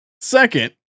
Second